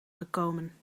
gekomen